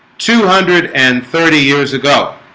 two hundred and thirty years ago